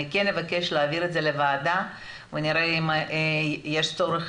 אני כן אבקש להעביר את זה לוועדה ונראה אם יש צורך